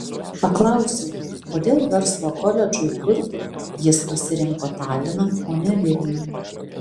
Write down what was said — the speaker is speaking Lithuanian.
paklausiau kodėl verslo koledžui kurti jis pasirinko taliną o ne vilnių